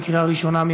בקריאה ראשונה.